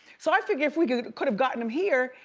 so i figured if we could could have gotten him here,